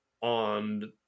on